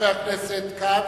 חבר הכנסת כץ,